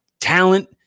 talent